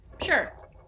Sure